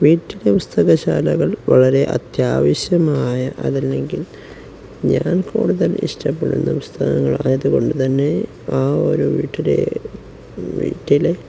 വീട്ടിലെ പുസ്തകശാലകൾ വളരെ അത്യാവശ്യമായ അതല്ലെങ്കിൽ ഞാൻ കൂടുതൽ ഇഷ്ടപ്പെടുന്ന പുസ്തകങ്ങൾ ആയതുകൊണ്ട് തന്നെ ആ ഒരു വീട്ടിലെ വീട്ടിലെ